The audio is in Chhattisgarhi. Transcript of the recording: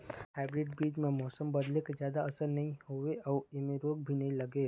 हाइब्रीड बीज म मौसम बदले के जादा असर नई होवे अऊ ऐमें रोग भी नई लगे